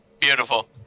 Beautiful